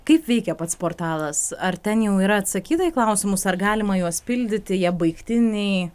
kaip veikia pats portalas ar ten jau yra atsakyta į klausimus ar galima juos pildyti jie baigtiniai